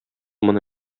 моны